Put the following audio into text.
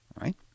right